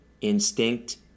instinct